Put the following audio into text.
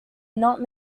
not